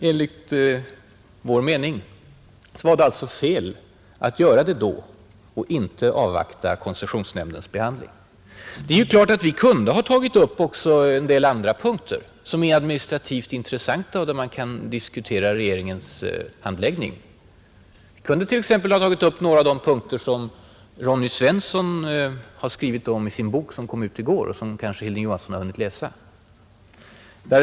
Enligt vår mening var det fel att göra det då och att inte avvakta koncessionsnämndens behandling. Det är ju klart att vi kunde ha tagit upp också en del andra punkter, som är administrativt intressanta och där man kan diskutera regeringens handläggning. Jag kunde t.ex. ha tagit upp några av de punkter som Ronny Svensson har skrivit om i sin bok, som kom ut i går och som kanske Hilding Johansson har hunnit läsa.